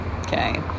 okay